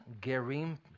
Gerim